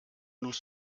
nous